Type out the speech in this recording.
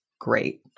great